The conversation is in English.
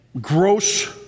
gross